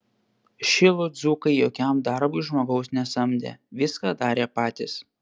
šilų dzūkai jokiam darbui žmogaus nesamdė viską darė patys